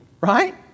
Right